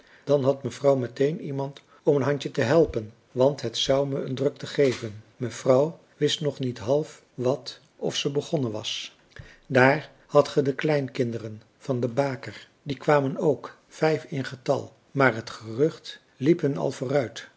dan had mevrouw meteen iemand om een handje te helpen want het zou me een drukte geven mevrouw wist nog niet half wat of ze begonnen was daar hadt ge de kleinkinderen van de baker die kwamen ook vijf in getal maar het gerucht liep hun al vooruit